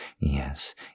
yes